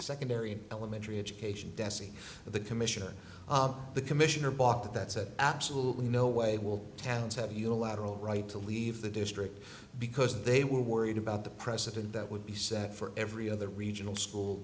secondary elementary education dessie the commissioner the commissioner balked at that said absolutely no way will towns have a unilateral right to leave the district because they were worried about the precedent that would be set for every other regional school